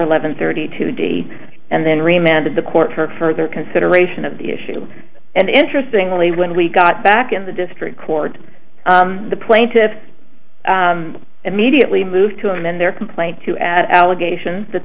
eleven thirty two d and then remounted the court for further consideration of the issue and interestingly when we got back in the district court the plaintiffs immediately moved to amend their complaint to add allegations that